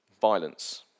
violence